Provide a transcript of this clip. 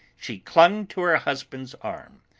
she clung to her husband's arm,